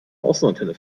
außenantenne